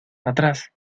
atrás